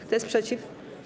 Kto jest przeciw?